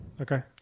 okay